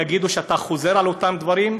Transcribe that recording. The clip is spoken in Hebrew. יגידו: אתה חוזר על אותם דברים.